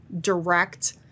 direct